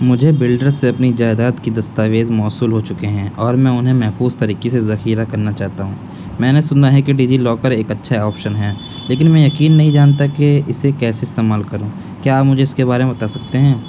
مجھے بلڈر سے اپنی جائیداد کی دستاویز موصول ہوچکے ہیں اور میں انہیں محفوظ طریقے سے ذخیرہ کرنا چاہتا ہوں میں نے سنا ہے کہ ڈیجی لاکر ایک اچھا آپشن ہے لیکن میں یقین نہیں جانتا کہ اسے کیسے استعمال کروں کیا آپ مجھے اس کے بارے میں بتا سکتے ہیں